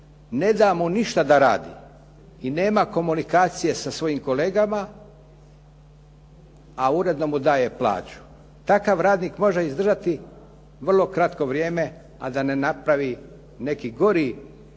ne da mu ništa da radi i nema komunikacije sa svojim kolegama, a uredno mu daje plaću. Takav radnik može izdržati vrlo kratko vrijeme, a da ne napravi neki gori